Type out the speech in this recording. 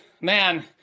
man